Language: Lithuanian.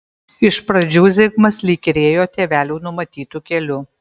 iš pradžių zigmas lyg ir ėjo tėvelių numatytu keliu